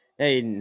Hey